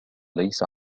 ليس